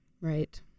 Right